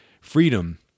Freedom